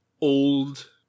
old